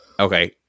Okay